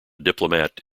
diplomat